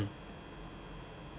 mm